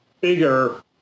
bigger